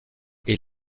est